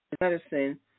medicine